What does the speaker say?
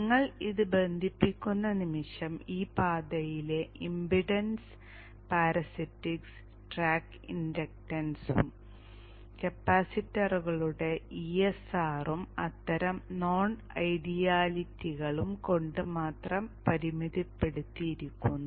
നിങ്ങൾ ഇത് ബന്ധിപ്പിക്കുന്ന നിമിഷം ഈ പാതയിലെ ഇംപെഡൻസ് പാരസിറ്റിക്സ് ട്രാക്ക് ഇൻഡക്ടൻസും കപ്പാസിറ്ററുകളുടെ ESR ഉം അത്തരം നോൺ ഐഡിയാലിറ്റികളും കൊണ്ട് മാത്രം പരിമിതപ്പെടുത്തിയിരിക്കുന്നു